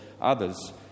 others